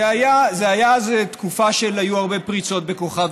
זו הייתה אז תקופה שהיו הרבה פריצות בכוכב